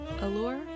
Allure